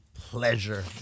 pleasure